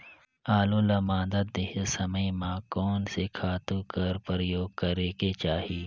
आलू ल मादा देहे समय म कोन से खातु कर प्रयोग करेके चाही?